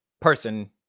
person